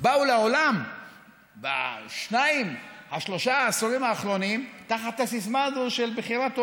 באו לעולם בשניים-שלושה העשורים האחרונים תחת הסיסמה הזאת: בחירת הורים.